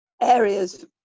areas